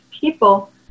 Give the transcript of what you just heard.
people